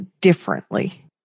differently